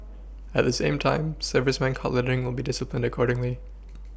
at the same time serviceman caught littering will be disciplined accordingly